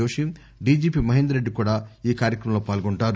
Joshi DGP Mahender Reddy కూడా ఈ కార్యక్రమంలో పాల్గొంటారు